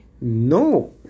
No